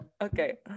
Okay